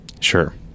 sure